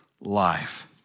life